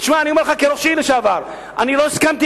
אני אומר לך כראש עיר לשעבר: אני לא הסכמתי